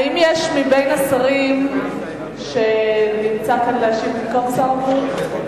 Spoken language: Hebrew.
האם מישהו מבין השרים נמצא כאן כדי להשיב במקום שר הבריאות?